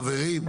חברים,